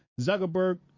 Zuckerberg